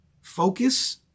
focus